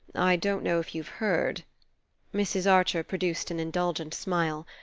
i don't know if you've heard mrs. archer produced an indulgent smile.